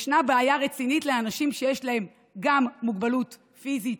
ישנה בעיה רצינית לאנשים שיש להם גם מוגבלות פיזית